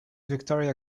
victoria